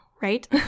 right